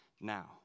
now